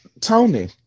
tony